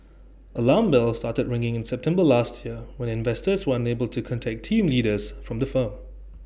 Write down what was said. alarm bells started ringing in September last year when investors were unable to contact team leaders from the firm